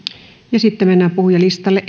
sitten mennään puhujalistalle